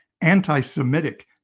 anti-Semitic